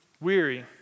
weary